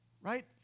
right